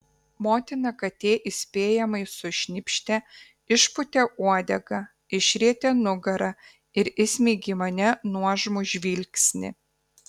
motina katė įspėjamai sušnypštė išpūtė uodegą išrietė nugarą ir įsmeigė į mane nuožmų žvilgsnį